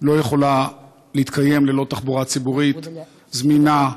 לא יכולה להתקיים ללא תחבורה ציבורית זמינה,